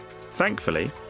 Thankfully